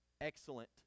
excellent